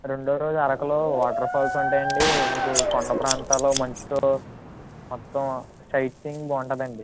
రెండవ రోజు అరకులో వాటర్ ఫాల్స్ ఉంటాయండి మీకు కొండ ప్రాంతాలు మంచుతో మొత్తం సైట్ సీయింగ్ బాగుంటుందండి